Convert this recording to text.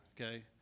okay